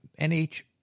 NH